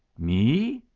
me?